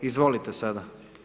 Izvolite sada.